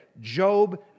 Job